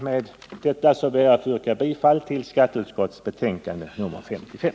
Med det anförda ber jag att få yrka bifall till skatteutskottets hemställan i dess betänkande nr 55.